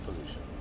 pollution